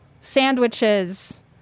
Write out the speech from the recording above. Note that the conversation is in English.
sandwiches